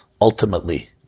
ultimately